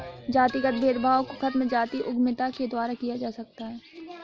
जातिगत भेदभाव को खत्म जातीय उद्यमिता के द्वारा किया जा सकता है